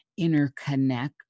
interconnect